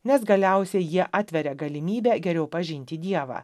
nes galiausiai jie atveria galimybę geriau pažinti dievą